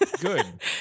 Good